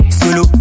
solo